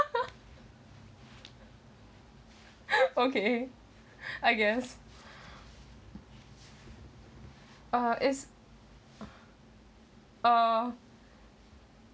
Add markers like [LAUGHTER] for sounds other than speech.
[LAUGHS] okay [LAUGHS] I guess uh is uh